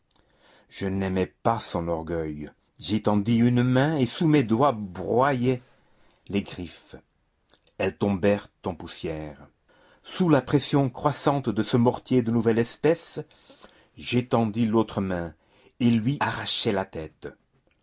je n'aimais pas son orgueil j'étendis une main et sous mes doigts broyai les griffes elles tombèrent en poussière sous la pression croissante de ce mortier de nouvelle espèce j'étendis l'autre main et lui arrachai la tête